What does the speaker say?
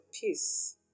peace